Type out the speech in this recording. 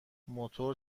موتور